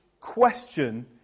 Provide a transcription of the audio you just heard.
question